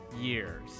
years